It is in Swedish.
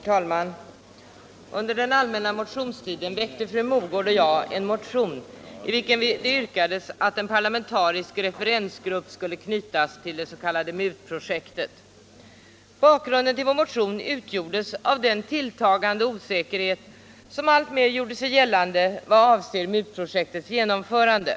Herr talman! Under den allmänna motionstiden väckte fru Mogård och jag en motion, i vilken yrkades att en parlamentarisk referensgrupp skulle knytas till det s.k. MUT-projektet. Bakgrunden till vår motion utgjordes av den tilltagande osäkerhet som alltmer gjorde sig gällande i vad avser MUT-projektets genomförande.